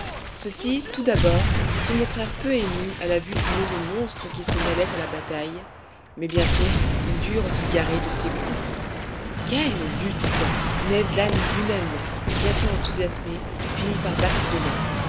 ceux-ci tout d'abord se montrèrent peu émus à la vue du nouveau monstre qui se mêlait à la bataille mais bientôt ils durent se garer de ses coups quelle lutte ned land lui-même bientôt enthousiasmé finit par battre des mains